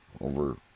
over